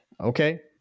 okay